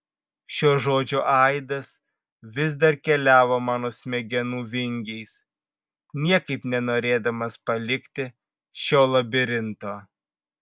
šio žodžio aidas vis dar keliavo mano smegenų vingiais niekaip nenorėdamas palikti šio labirinto